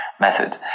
method